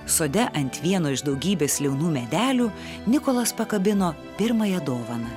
sode ant vieno iš daugybės liaunų medelių nikolas pakabino pirmąją dovaną